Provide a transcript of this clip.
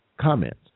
comments